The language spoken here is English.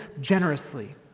generously